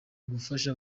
gufasha